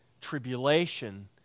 tribulation